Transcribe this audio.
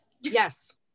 Yes